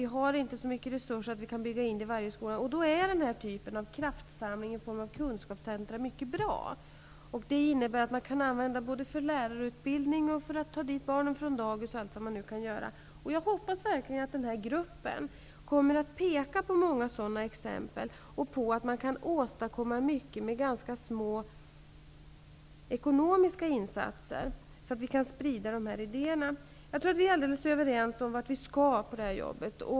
Vi har inte så mycket resurser att vi kan bygga in detta i varje skola. Därför är den här typen av kraftsamling i form av kunskapscentra mycket bra. De kan användas både för lärarutbildning och för barn från dagis m.fl. Jag hoppas verkligen att den här gruppen kommer att peka på många sådana exempel och på att man kan åstadkomma mycket med ganska små ekonomiska insatser, så att de idéerna kan spridas. Jag tror att vi är helt överens om vart vi skall gå i det här arbetet.